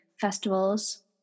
festivals